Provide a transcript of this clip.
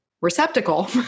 receptacle